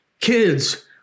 kids